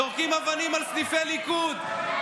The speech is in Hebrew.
זורקים אבנים על סניפי ליכוד,